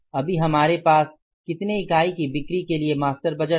अभी हमारे पास कितने यूनिट की बिक्री के लिए मास्टर बजट था